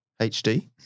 HD